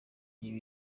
ibi